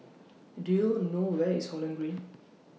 Do YOU know Where IS Holland Green